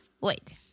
wait